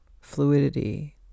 fluidity